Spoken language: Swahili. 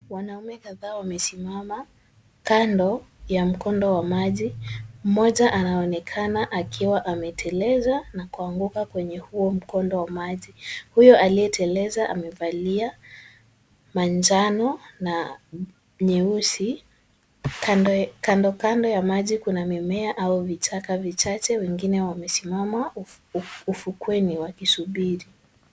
Wanaume kadhaa wamesimama kando ya mkondo wa maji. Mmoja anaonekana akiwa ameteleza na kuanguka kwenye huo mkondo wa maji. Huyo aliyeteleza amevalia manjano na nyeusi. Kando Kando ya maji kuna mimea au vichaka vichache. Wengine wamesimama ufukweni wakisubiri.